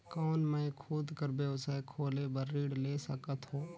कौन मैं खुद कर व्यवसाय खोले बर ऋण ले सकत हो?